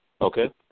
Okay